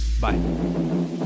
Bye